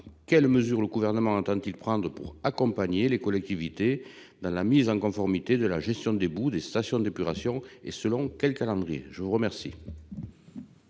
quelles mesures le Gouvernement entend-il prendre pour accompagner les collectivités dans la mise en conformité de la gestion des boues des stations d'épuration, et selon quel calendrier ? La parole